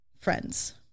friends